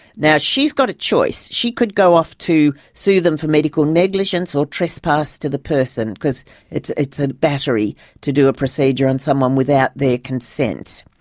now she's got a choice. she could go off to sue them for medical negligence or trespass to the person, because it's it's a battery to do a procedure on someone without their consent.